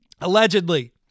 Allegedly